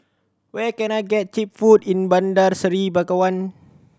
where can I get cheap food in Bandar Seri Begawan